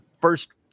first